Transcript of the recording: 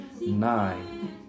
nine